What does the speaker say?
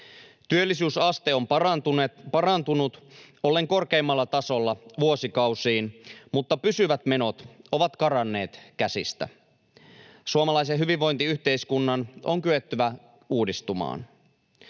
Työllisyysaste on parantunut ollen korkeimmalla tasolla vuosikausiin, mutta pysyvät menot ovat karanneet käsistä. Suomalaisen hyvinvointiyhteiskunnan on kyettävä uudistumaan.